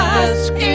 ask